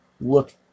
look